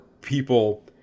people